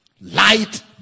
Light